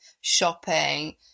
shopping